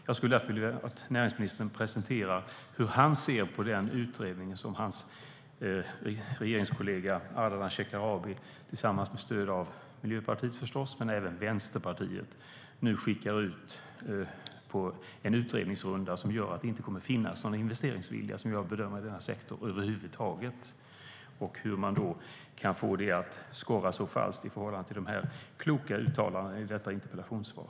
Jag skulle därför vilja att näringsministern presenterar hur han ser på den utredning som hans regeringskollega Ardalan Shekarabi med stöd av Miljöpartiet men även Vänsterpartiet nu skickar ut på en utredningsrunda som gör att det, som jag bedömer det, inte kommer att finnas en investeringsvilja i denna sektor över huvud taget och hur man kan få det att skorra så falskt i förhållande till dessa kloka uttalanden i detta interpellationssvar.